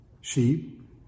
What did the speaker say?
Sheep